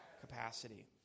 capacity